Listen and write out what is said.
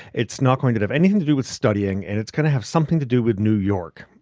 it's not going to have anything to do with studying and it's going to have something to do with new york.